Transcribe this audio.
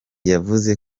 yavuze